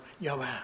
Yahweh